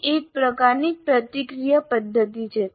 અહીં એક પ્રકારની પ્રતિક્રિયા પદ્ધતિ છે